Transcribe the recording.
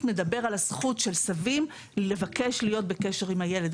מדבר על הזכות של סבים לבקש להיות בקשר עם הילד,